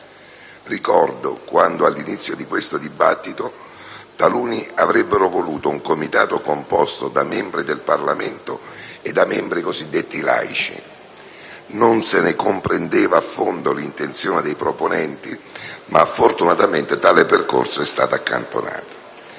Ricordo quando, all'inizio di questo dibattito, taluni avrebbero voluto un Comitato composto da membri del Parlamento e da membri cosiddetti laici. Non se ne comprendeva a fondo l'intenzione dei proponenti, ma fortunatamente tale percorso è stato accantonato.